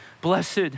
Blessed